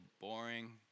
boring